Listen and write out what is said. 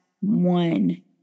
one